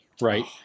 right